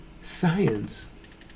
science